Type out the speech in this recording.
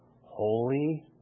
holy